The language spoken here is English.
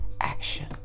action